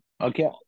Okay